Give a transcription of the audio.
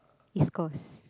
East-Coast